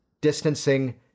distancing